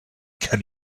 can